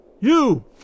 You